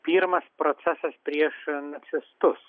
pirmas procesas prieš nacistus